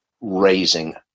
raising